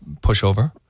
pushover